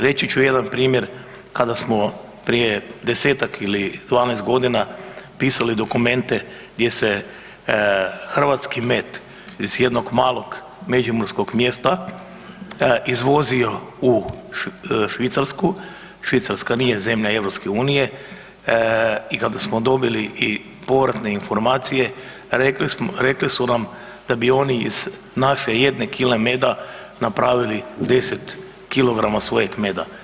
Reći ću jedan primjer kada smo prije 10-ak ili 12 g. pisali dokumente gdje se hrvatski med iz jednog malog međimurskog mjesta izvozio u Švicarsku, Švicarska nije zemlja EU-a, i kada smo dobili i povratne informacije, rekli su nam da bi oni iz naše jedne kile meda napravili 10 kg svojeg meda.